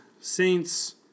Saints